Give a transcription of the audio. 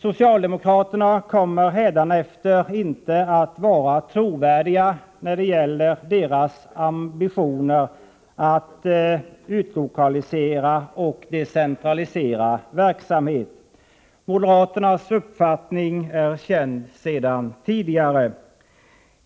Socialdemokraterna kommer hädanefter inte att vara trovärdiga när det gäller ambitionen att utlokalisera och decentralisera verksamhet. Moderaternas uppfattning är känd sedan tidigare.